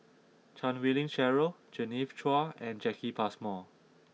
Chan Wei Ling Cheryl Genevieve Chua and Jacki Passmore